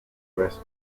rest